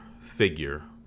figure